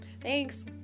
Thanks